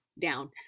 down